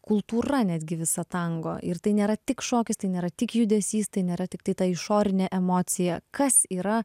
kultūra netgi visa tango ir tai nėra tik šokis tai nėra tik judesys tai nėra tiktai ta išorinė emocija kas yra